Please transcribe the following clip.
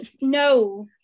No